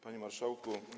Panie Marszałku!